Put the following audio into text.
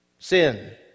Sin